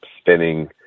spinning